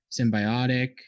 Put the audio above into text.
symbiotic